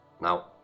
Now